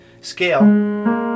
scale